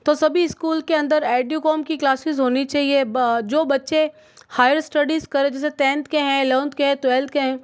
तो सभी स्कूल के अंदर एडूकॉम की क्लासेस होनी चाहिए जो बच्चे हायर स्टडीज़ करें जैसे टेन्थ के हैं इलवेन्थ के है टवेल्थ के है